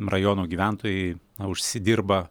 rajono gyventojai užsidirba